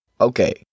Okay